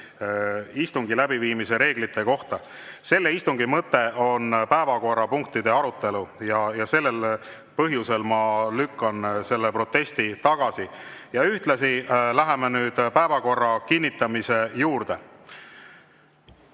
istungi läbiviimise reeglite kohta. Praeguse istungi mõte on aga päevakorrapunktide arutelu ja sel põhjusel ma lükkan selle protesti tagasi ning ühtlasi läheme nüüd päevakorra kinnitamise juurde.